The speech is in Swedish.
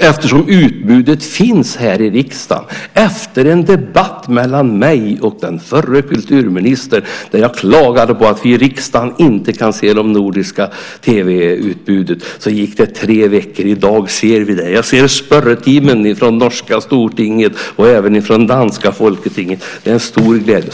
eftersom utbudet finns här i riksdagen. Efter en debatt mellan mig och den förra kulturministern, då jag klagade på att vi i riksdagen inte kan se det nordiska tv-utbudet gick det tre veckor, och i dag ser vi det. Jag ser spørretimen från det norska Stortinget och även från danska Folketinget. Det är en stor glädje.